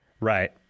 right